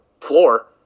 floor